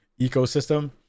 ecosystem